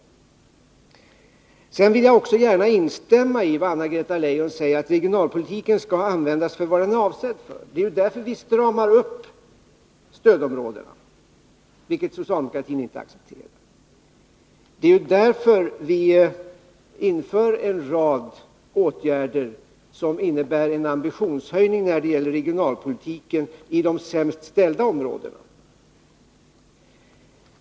Jag vill gärna instämma i vad Anna-Greta Leijon säger om att regionalpolitiken skall användas till vad den är avsedd för. Det är därför som vi stramar upp stödområdena, vilket socialdemokraterna inte accepterar. Det är därför som vi inför en rad åtgärder som innebär en ambitionshöjning när det gäller regionalpolitiken i de sämst ställda områdena.